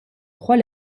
croix